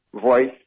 voice